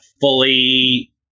fully